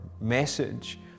message